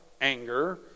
anger